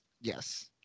Yes